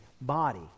body